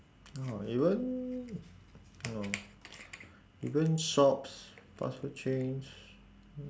oh even oh even shops fast food chains